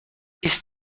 ist